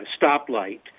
stoplight